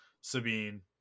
Sabine